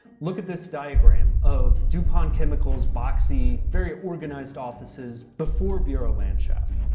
look at this diagram of dupont chemical's boxy, very organized offices before burolandschaft.